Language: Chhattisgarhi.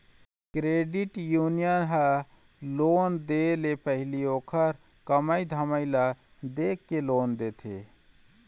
क्रेडिट यूनियन ह लोन दे ले पहिली ओखर कमई धमई ल देखके लोन देथे